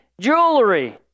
jewelry